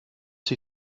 sie